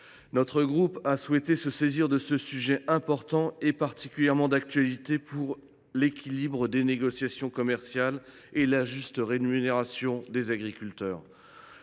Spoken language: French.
Notre groupe a souhaité se saisir d’un tel sujet, qui est important et particulièrement d’actualité pour l’équilibre des négociations commerciales et la juste rémunération des agriculteurs.